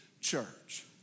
church